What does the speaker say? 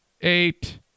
eight